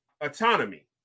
autonomy